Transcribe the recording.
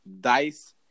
Dice